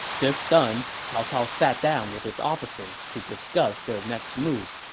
this done, cao cao sat down with his officers to discuss their next move